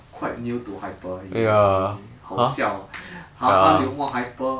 quite new to hyper you 你好笑 ah !huh! 他 hyper